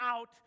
out